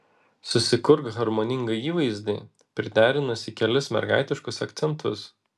susikurk harmoningą įvaizdį priderinusi kelis mergaitiškus akcentus